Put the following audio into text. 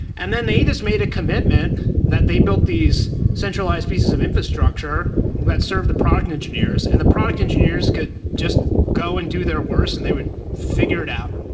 and then they just made a commitment that they built these centralized pieces of infrastructure that serve the product engineers, and the product engineers could just go and do their worst and they would figure it out,